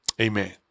amen